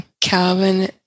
Calvin